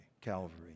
Calvary